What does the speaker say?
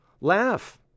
Laugh